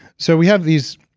so, we have these,